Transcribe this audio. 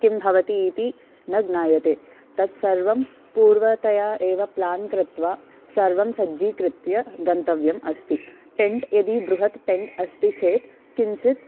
किं भवति इति न ज्ञायते तत्सर्वं पूर्वतया एव प्लान् कृत्वा सर्वं सज्जीकृत्य गन्तव्यम् अस्ति टेण्ट् यदि बृहत् टेण्ट् अस्ति चेत् किञ्चित्